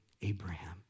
Abraham